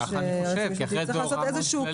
כך אני חושב כי אחרת זאת הוראה מאוד כללית.